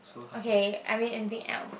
okay I mean anything else